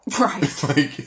Right